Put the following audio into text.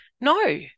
no